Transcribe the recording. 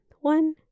one